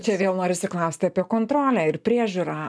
čia vėl norisi klausti apie kontrolę ir priežiūrą